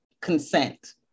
consent